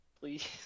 please